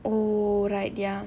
oh right ya